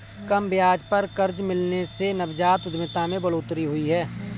कम ब्याज पर कर्ज मिलने से नवजात उधमिता में बढ़ोतरी हुई है